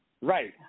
Right